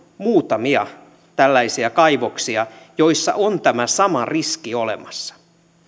muutamia tällaisia kaivoksia joissa on tämä sama riski olemassa